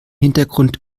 hintergrund